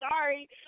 Sorry